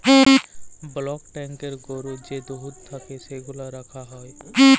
block ট্যাংকয়ে গরুর যে দুহুদ থ্যাকে সেগলা রাখা হ্যয়